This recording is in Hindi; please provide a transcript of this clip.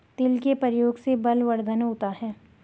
तिल के प्रयोग से बलवर्धन होता है